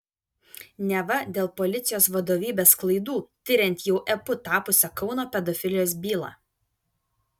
neva dėl policijos vadovybės klaidų tiriant jau epu tapusią kauno pedofilijos bylą